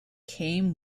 came